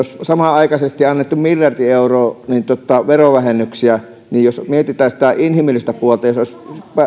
samanaikaisesti on annettu miljardi euroa verovähennyksiä niin jos mietitään sitä inhimillistä puolta että jos olisi